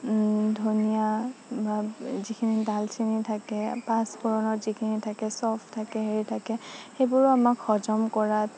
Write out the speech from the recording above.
ধনিয়া বা যিখিনি ডালচেনি থাকে পাঁচফুৰণত যিখিনি থাকে চফ থাকে হেৰি থাকে সেইবোৰেও আমাক হজম কৰাত